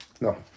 No